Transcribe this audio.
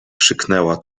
krzyknęła